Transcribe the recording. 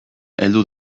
heldu